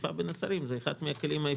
חפיפה בין השרים היא אחד מן הכלים החיוניים.